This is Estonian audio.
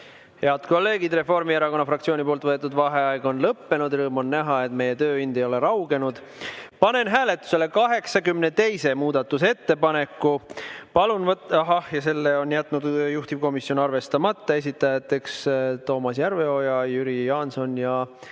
Head kolleegid, Reformierakonna fraktsiooni võetud vaheaeg on lõppenud. Rõõm on näha, et meie tööind ei ole raugenud. Panen hääletusele 82. muudatusettepaneku ja selle on jätnud juhtivkomisjon arvestamata. Esitajateks Toomas Järveoja, Jüri Jaanson ja